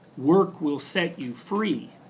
work will set you free.